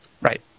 Right